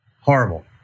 horrible